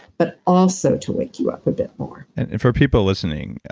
but also to wake you up a bit more and for people listening,